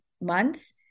months